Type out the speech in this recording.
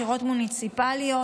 בחירות מוניציפליות,